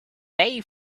they